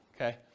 okay